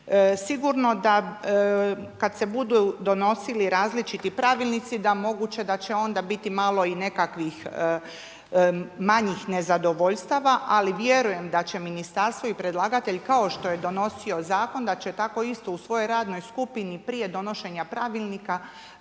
Sigurno da kada se budu donosili različiti pravilnici da moguće da će onda biti malo i nekakvih manjih nezadovoljstava ali vjerujem da će ministarstvo i predlagatelj kao što je donosio zakon da će tako isto u svojoj radnoj skupini prije donošenja pravilnika